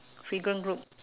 group